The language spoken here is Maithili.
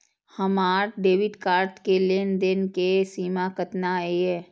हमार डेबिट कार्ड के लेन देन के सीमा केतना ये?